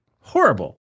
horrible